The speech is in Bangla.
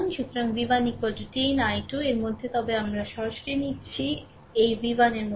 সুতরাং v1 10 i2 এর মধ্যে তবে আমরা সরাসরি নিচ্ছি এইv1 এর মতো